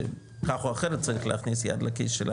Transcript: שכך או אחרת צריך להכניס יד לכיס,